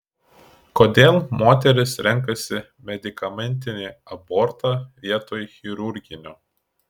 kodėl moterys renkasi medikamentinį abortą vietoj chirurginio